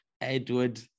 Edward